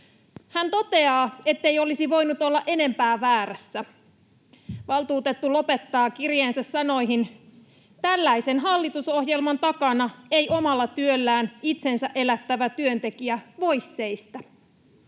Hän toteaa, ettei olisi voinut olla enempää väärässä. Valtuutettu lopettaa kirjeensä sanoihin: ”Tällaisen hallitusohjelman takana ei omalla työllään itsensä elättävä työntekijä voi seistä.”